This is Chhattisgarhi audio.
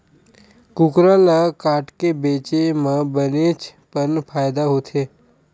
कुकरा ल काटके बेचे म बनेच पन फायदा होथे